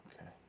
Okay